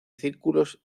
círculos